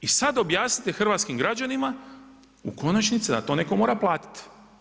I sada objasnite hrvatskim građanima u konačnici da to netko mora platiti.